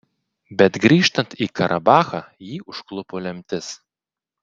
bet grįžtant į karabachą jį užklupo lemtis